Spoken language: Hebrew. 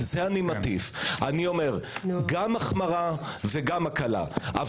אני אומר גם החמרה וגם הקלה.